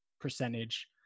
percentage